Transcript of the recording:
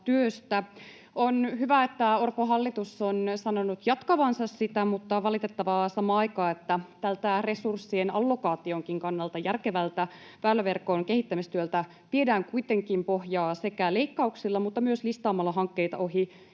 On hyvä, että Orpon hallitus on sanonut jatkavansa sitä, mutta on valitettavaa samaan aikaan, että tältä resurssien allokaationkin kannalta järkevältä väyläverkon kehittämistyöltä viedään kuitenkin pohjaa sekä leikkauksilla että myös listaamalla hankkeita ohi